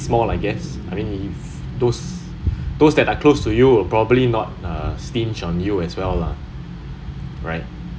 keep keep it small I guess I mean if those those that are close to you will probably not uh stinge on you as well lah right